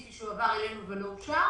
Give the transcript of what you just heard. שזה יהיה זרוע ביצועי של המשרד להגנת הסביבה